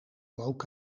rook